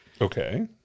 Okay